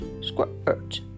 squirt